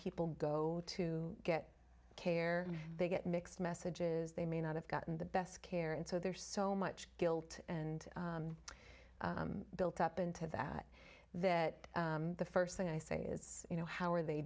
people go to get care they get mixed messages they may not have gotten the best care and so there's so much guilt and built up into that that the first thing i say is you know how are they